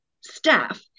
staff